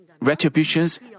retributions